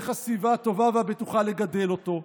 מה הסביבה הטובה והבטוחה לגדל אותו.